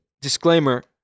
Disclaimer